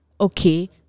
okay